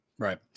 Right